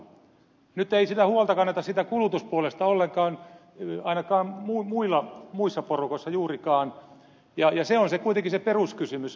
nyt ei huolta kanneta siitä kulutuspuolesta ollenkaan ainakaan muissa porukoissa juurikaan ja se on kuitenkin se peruskysymys